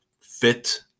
fit